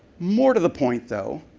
more to the point, though,